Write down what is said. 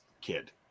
kid